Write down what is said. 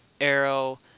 Arrow